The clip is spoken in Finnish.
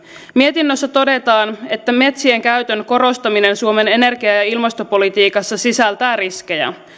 mietinnössä todetaan että metsien käytön korostaminen suomen energia ja ilmastopolitiikassa sisältää riskejä